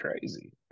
crazy